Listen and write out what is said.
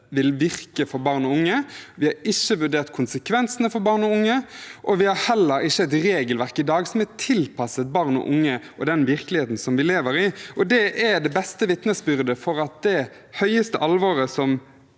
vil virke for barn og unge. Vi har ikke vurdert konsekvensene for barn og unge, og vi har i dag heller ikke et regelverk som er tilpasset barn og unge og den virkeligheten som de lever i. Det er det beste vitnesbyrdet for at det høyeste alvoret som